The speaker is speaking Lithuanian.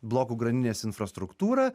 blokų grandinės infrastruktūrą